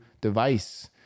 device